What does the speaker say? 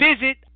Visit